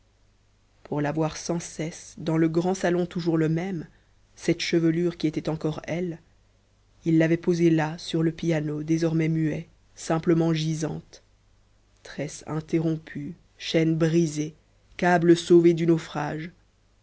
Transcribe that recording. pour la voir sans cesse dans le grand salon toujours le même cette chevelure qui était encore elle il l'avait posée là sur le piano désormais muet simplement gisante tresse interrompue chaîne brisée câble sauvé du naufrage